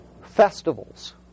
festivals